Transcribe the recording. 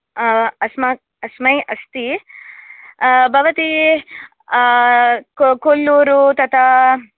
अस्मा अस्मै अस्ति भवती को कोल्लूरु तता